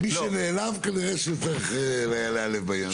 זה מתאים אולי לשכונה באיזושהי עיירה קטנה.